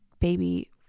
baby